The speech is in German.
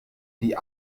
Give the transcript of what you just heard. die